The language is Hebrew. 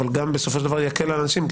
אבל גם בסופו של דבר יקל על אנשים,